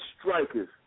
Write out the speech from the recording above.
Strikers